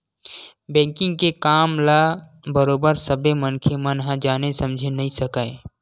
banking के काम ल बरोबर सब्बे मनखे मन ह जाने समझे नइ सकय